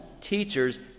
Teachers